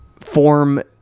form